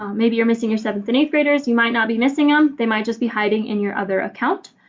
um maybe you're missing your seventh and eighth graders you might not be missing them um they might just be hiding in your other account.